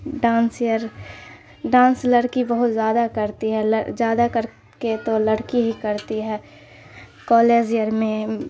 dance year dance لڑکی بہت زیادہ کرتی ہے زیادہ کر کے تو لڑکی ہی کرتی ہے کالج ایئر میں